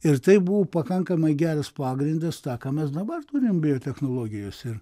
ir tai buvo pakankamai geras pagrindas tą ką mes dabar turim biotechnologijose ir